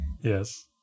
Yes